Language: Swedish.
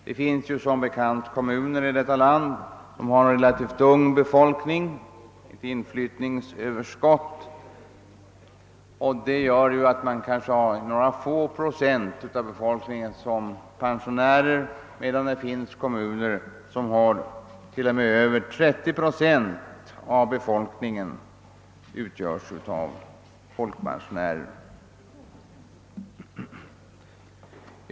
Det finns som bekant kommuner i detta land med en relativt ung befolkning — ett inflyttningsöverskott — så att endast några få procent av befolkningen är pensionärer, medan i andra kommuner över 30 procent av befolkningen utgörs av folkpensionärer.